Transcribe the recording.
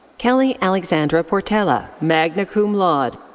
kelly alexandra portela, magna cum laude.